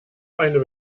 eine